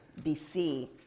BC